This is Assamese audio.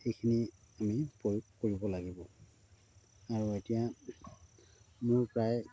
এইখিনি আমি প্ৰয়োগ কৰিব লাগিব আৰু এতিয়া মোৰ প্ৰায়